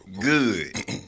Good